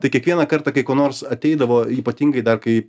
tai kiekvieną kartą kai ko nors ateidavo ypatingai dar kai